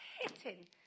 hitting